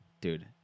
Dude